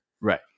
Right